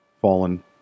Fallen